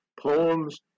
poems